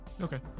Okay